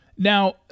Now